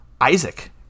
Isaac